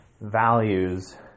values